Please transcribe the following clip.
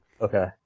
Okay